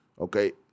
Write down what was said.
Okay